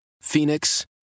Phoenix